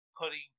putting